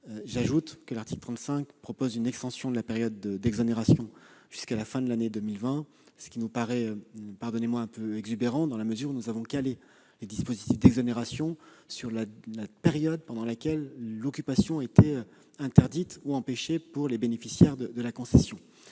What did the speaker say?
J'ajoute que l'amendement n° 35 a pour objet d'étendre la période d'exonération jusqu'à la fin de l'année 2020, ce qui nous paraît, excusez le terme, un peu exubérant, dans la mesure où nous avons calé les dispositifs d'exonération sur la période pendant laquelle l'occupation était interdite ou empêchée pour les bénéficiaires de la concession.